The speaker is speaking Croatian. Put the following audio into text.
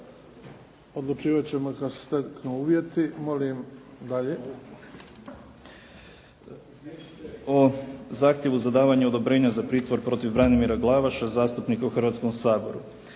Odlučivat ćemo kad se steknu uvjeti. Molim dalje. **Sesvečan, Damir (HDZ)** Izvješće o zahtjevu za davanje odobrenja za pritvor protiv Branimira Glavaša zastupnika u Hrvatskom saboru.